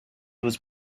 was